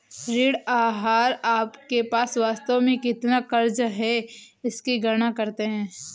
ऋण आहार आपके पास वास्तव में कितना क़र्ज़ है इसकी गणना करते है